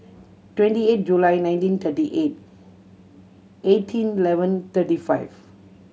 twenty eight July nineteen thirty eight eighteen eleven thirty five